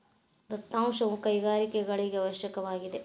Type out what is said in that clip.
ದತ್ತಾಂಶವು ಕೈಗಾರಿಕೆಗಳಿಗೆ ಅವಶ್ಯಕವಾಗಿದೆ